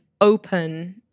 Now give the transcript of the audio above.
open